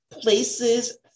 places